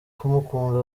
kumukunda